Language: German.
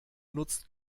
nutzt